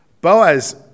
Boaz